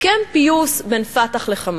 הסכם פיוס בין "פתח" ל"חמאס".